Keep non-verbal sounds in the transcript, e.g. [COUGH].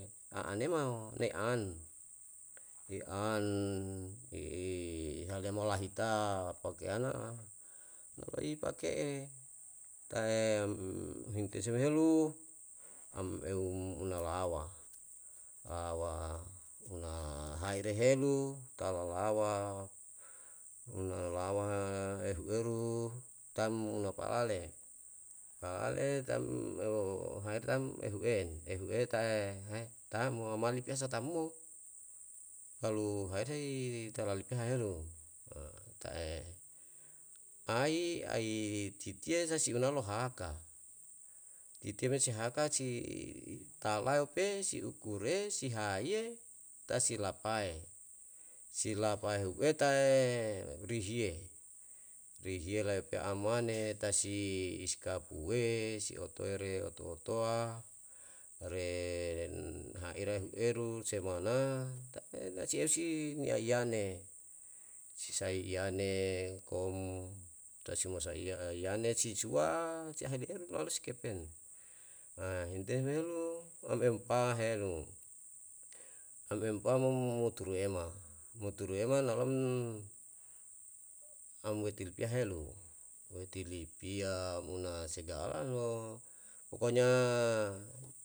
[NOISE] aanemao ne an, ne an i alemolahita pakiayana, ta ipake ta'e rintisem helu, am eu hunalawa, lawa huna haire helu tala lawa unalawa ehueru tam una palale, palale tam euhae tam ehu'e, ehu'e tae he tam mo mali ke hese tam mo helu hajei tala tara lipia helu, ta'e [NOISE] ai ai titiye sai unono haka, titiye me si haka si talau pe si ukure si haiye, tae silapae, si lapae otae rihiye, rihiye leipe amane tae si iskap ue, si otoe re otoe otowa re haire hem eru, sou mana, tapi eusi esi wayane, si sahae yane komu tae si masa iye aiyane si suwang si hale eru ne harus kepen, [HESITATION] himten helu on onpahelu, on on pau mo moturu ema, moturu ema nalon on liti lipia helu, woti lipia um unae segala mo, pokokny